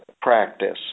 Practice